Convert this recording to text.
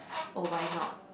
orh why not